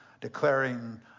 declaring